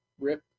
rip